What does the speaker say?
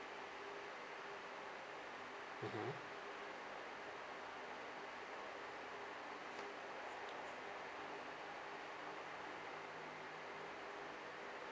mmhmm